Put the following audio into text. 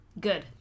good